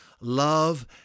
Love